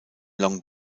long